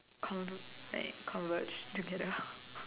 conv~ like converge together